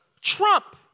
Trump